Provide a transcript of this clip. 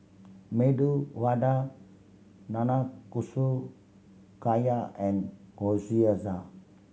Medu Vada Nanakusa Gayu and Gyoza